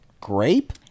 grape